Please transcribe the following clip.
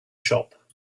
shop